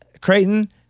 Creighton